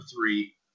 three